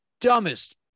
dumbest